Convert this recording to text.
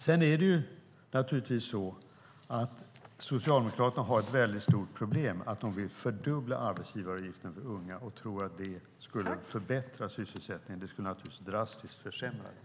Sedan har Socialdemokraterna ett väldigt stort problem. De vill fördubbla arbetsgivaravgiften för unga och tror att det skulle förbättra sysselsättningen. Det skulle naturligtvis drastiskt försämra den.